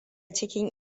cikin